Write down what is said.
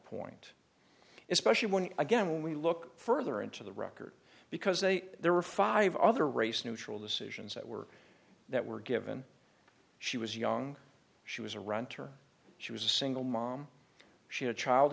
it's special one again when we look further into the record because a there were five other race neutral decisions that were that were given she was young she was a run turn she was a single mom she had a child